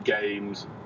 games